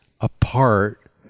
apart